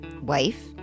wife